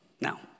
Now